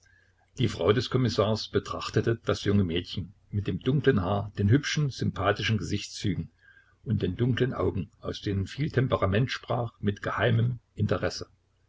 die frau des kommissars betrachtete das junge mädchen mit dem dunklen haar den hübschen sympathischen gesichtszügen und den dunklen augen aus denen viel temperament sprach mit geheimem interesse